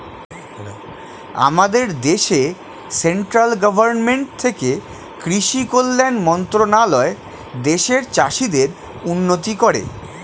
আমাদের দেশে central government থেকে কৃষি কল্যাণ মন্ত্রণালয় দেশের চাষীদের উন্নতি করে